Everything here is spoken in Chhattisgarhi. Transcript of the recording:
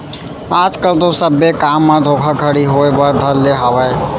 आज कल तो सब्बे काम म धोखाघड़ी होय बर धर ले हावय